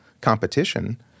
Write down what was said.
competition